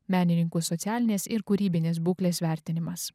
menininkų socialinės ir kūrybinės būklės vertinimas